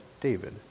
David